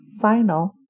final